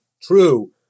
true